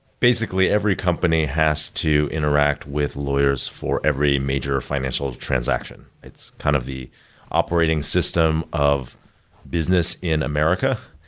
basically every company has to interact with lawyers for every major financial transaction. it's kind of the operating system of business in america,